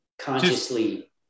consciously